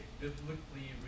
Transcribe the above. biblically